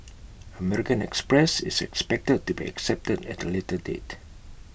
American express is expected to be accepted at A later date